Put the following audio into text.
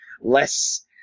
less